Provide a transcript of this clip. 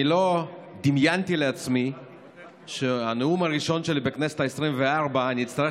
אני לא דמיינתי לעצמי שבנאום הראשון שלי בכנסת העשרים-וארבע אני אצטרך